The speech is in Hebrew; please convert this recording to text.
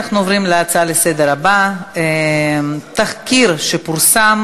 אנחנו עוברים להצעה לסדר-היום בנושא: תחקיר שפורסם